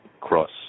cross